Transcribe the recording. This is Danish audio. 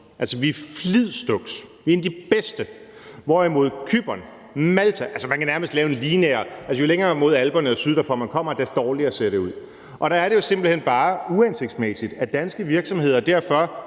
Vi er flidsduks. Vi er en af de bedste. Hvorimod hvad angår Cypern, Malta osv., kan man nærmest lave en linje, hvor jo længere mod Alperne og syd derfor, man kommer, des dårligere ser det ud. Og der er det simpelt hen bare uhensigtsmæssigt, at danske virksomheder, fordi